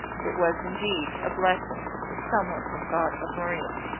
it was indeed a blessing that some one had thought of maria.